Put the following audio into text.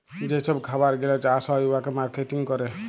যে ছব খাবার গিলা চাষ হ্যয় উয়াকে মার্কেটিং ক্যরে